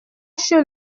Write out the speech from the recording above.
chez